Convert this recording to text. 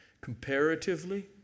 Comparatively